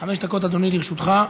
חמש דקות, אדוני, לרשותך.